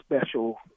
special